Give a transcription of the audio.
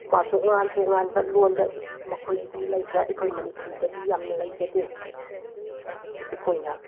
ꯃꯥ ꯇꯣꯉꯥꯟ ꯇꯣꯉꯥꯟꯕ ꯂꯣꯟꯗ ꯃꯈꯣꯏꯒꯤꯗꯤ ꯂꯩꯈ꯭ꯔꯦ ꯑꯩꯈꯣꯏ ꯃꯅꯤꯄꯨꯔꯤꯗꯗꯤ ꯌꯥꯝꯅ ꯂꯩꯖꯗꯦ ꯑꯗ ꯑꯩꯈꯣꯏꯅ